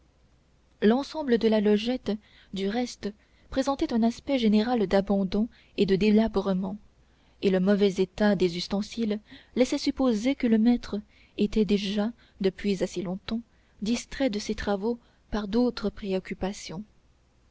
l'ensemble de la logette du reste présentait un aspect général d'abandon et de délabrement et le mauvais état des ustensiles laissait supposer que le maître était déjà depuis assez longtemps distrait de ses travaux par d'autres préoccupations